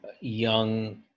young